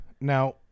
Now